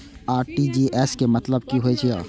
RTGS के मतलब की होय ये?